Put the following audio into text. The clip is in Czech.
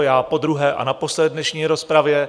Já podruhé a naposled v dnešní rozpravě.